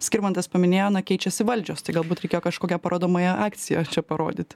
skirmantas paminėjo na keičiasi valdžios tai galbūt reikėjo kažkokią parodomąją akciją čia parodyti